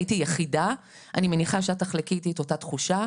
אני הייתי יחידה ואני מניחה שאת תחלקי איתי את אותה התחושה.